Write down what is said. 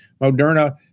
Moderna